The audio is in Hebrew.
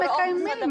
אבל זה מה שעושים.